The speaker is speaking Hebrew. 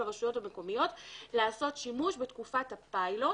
הרשויות המקומיות לעשות שימוש בתקופת הפיילוט